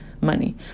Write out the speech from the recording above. money